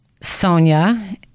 Sonia